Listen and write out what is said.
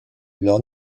leur